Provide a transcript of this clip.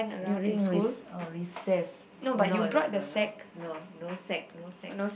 during rec~ recess no no no no no sack no sack